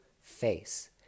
face